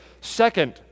second